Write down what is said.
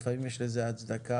לפעמים יש לזה הצדקה,